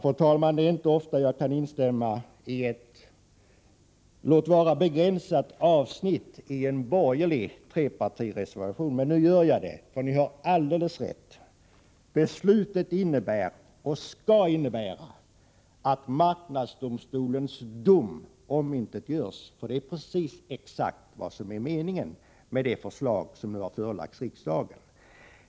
Fru talman! Det är inte ofta jag kan instämma i ett, låt vara begränsat, avsnitt i en borgerlig trepartireservation, men nu gör jag det. Ni har nämligen alldeles rätt. Förslaget innebär, och skall innebära att marknadsdomstolens dom omintetgörs. Det är precis vad som är meningen med det förslag som nu har förelagts riksdagen.